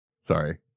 Sorry